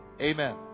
Amen